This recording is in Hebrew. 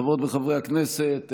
חברות וחברי הכנסת,